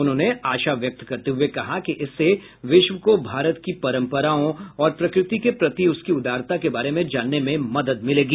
उन्होंने आशा व्यक्त करते हुए कहा कि इससे विश्व को भारत की परंपराओं और प्रकृति के प्रति उसकी उदारता के बारे में जानने में मदद मिलेगी